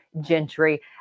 Gentry